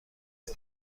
جای